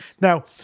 Now